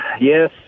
Yes